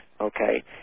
Okay